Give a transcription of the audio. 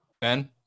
Ben